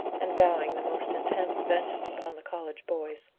and vowing the most intense vengeance upon the college boys.